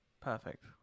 perfect